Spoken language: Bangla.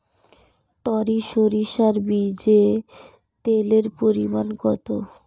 টরি সরিষার বীজে তেলের পরিমাণ কত?